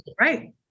right